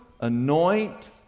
anoint